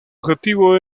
objetivo